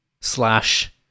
slash-